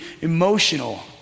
emotional